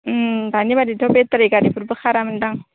दानि बादिथ' बेटारि गारिफोरबो खारामोनदां